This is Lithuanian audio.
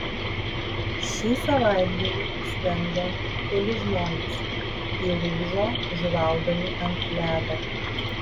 šį savaitgalį skendo keli žmonės įlūžo žuvaudami ant ledo